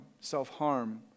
self-harm